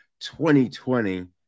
2020